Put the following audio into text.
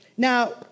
Now